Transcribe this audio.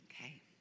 Okay